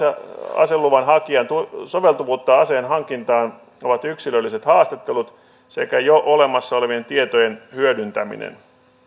aseluvan hakijan soveltuvuutta aseen hankintaan on yksilölliset haastattelut sekä jo olemassa olevien tietojen hyödyntäminen